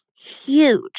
Huge